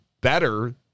better